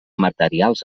materials